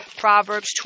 Proverbs